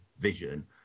vision